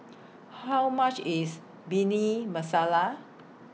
How much IS Bhindi Masala